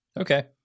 Okay